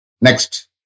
Next